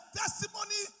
testimony